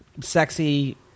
sexy